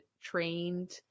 trained